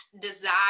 desire